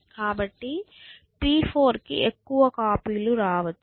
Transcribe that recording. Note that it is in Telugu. కాబట్టి p4 కి ఎక్కువ కాపీలు రావచ్చు